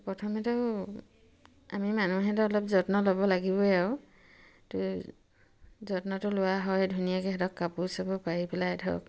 প্ৰথমেতো আমি মানুহেতো অলপ যত্ন ল'ব লাগিবই আৰু যত্নটো লোৱা হয় ধুনীয়াকৈ সিহঁতক কাপোৰ চাপোৰ পাৰি পেলাই ধৰক